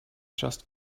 just